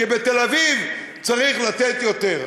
כי בתל-אביב צריך לתת יותר.